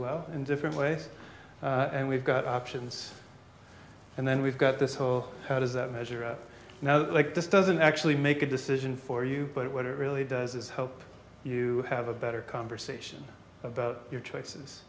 well in different ways and we've got options and then we've got this whole how does that measure up now like this doesn't actually make a decision for you but what it really does is help you have a better conversation about your choices